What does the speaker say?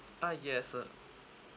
ah yes uh